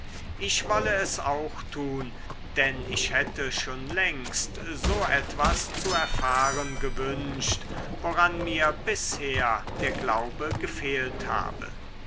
ich wolle es auch tun denn ich hätte schon längst so etwas zu erfahren gewünscht woran mir bisher der glaube gefehlt habe